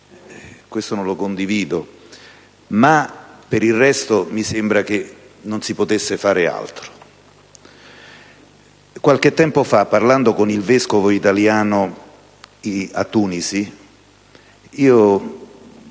nelle navi per giorni. Per il resto mi sembra che non si potesse fare altro. Qualche tempo fa, parlando con il vescovo italiano a Tunisi,